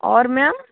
और मैम